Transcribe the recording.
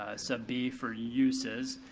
ah sub b for uses,